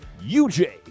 UJ